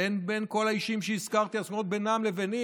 אין בין כל האישים שהזכרתי הסכמות בינם לביני,